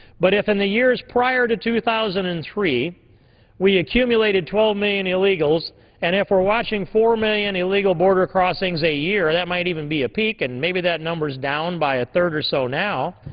but if in the years prior to two thousand and three we accumulated twelve million and illegals and if we're watching four million illegal border crossings a year, that might even be a peak and maybe that number's down by a third or so now,